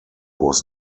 was